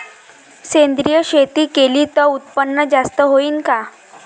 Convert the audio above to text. सेंद्रिय शेती केली त उत्पन्न जास्त होईन का?